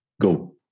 Go